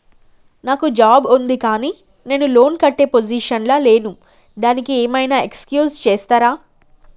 నాకు జాబ్ ఉంది కానీ నేను లోన్ కట్టే పొజిషన్ లా లేను దానికి ఏం ఐనా ఎక్స్క్యూజ్ చేస్తరా?